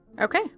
Okay